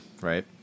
right